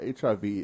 HIV